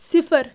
صِفَر